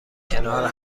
کنار